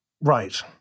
Right